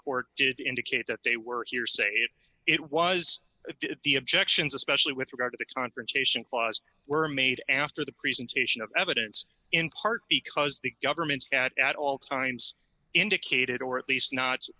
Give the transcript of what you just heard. court did indicate that they were here say it was it the objections especially with regard to the confrontation clause were made after the presentation of evidence in court because the government at all times indicated or at least not